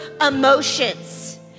emotions